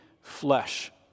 flesh